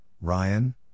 Ryan